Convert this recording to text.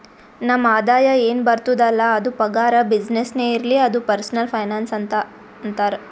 ನಮ್ ಆದಾಯ ಎನ್ ಬರ್ತುದ್ ಅಲ್ಲ ಅದು ಪಗಾರ, ಬಿಸಿನ್ನೆಸ್ನೇ ಇರ್ಲಿ ಅದು ಪರ್ಸನಲ್ ಫೈನಾನ್ಸ್ ಅಂತಾರ್